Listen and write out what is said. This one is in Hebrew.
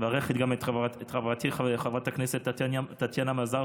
אני מברך גם את חברתי חברת הכנסת טטיאנה מזרסקי,